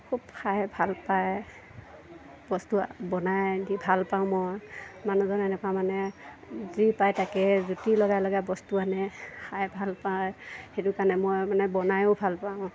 খুব খাই ভাল পায় বস্তু বনাই দি ভাল পাওঁ মই মানুহজন এনেকুৱা মানে যি পায় তাকে জুতি লগাই লগাই বস্তু আনে খাই ভাল পায় সেইটো কাৰণে মই মানে বনাইয়ো ভাল পাওঁ